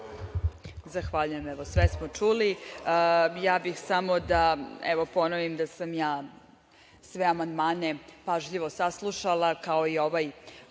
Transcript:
Zahvaljujem. Sve smo čuli, ja bih samo da ponovim da sam ja sve amandmane pažljivo saslušala, kao i ovaj